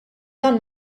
dan